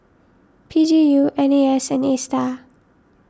P G U N A S and Astar